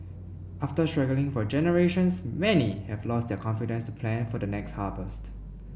after struggling for generations many have lost their confidence to plan for the next harvest